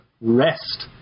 rest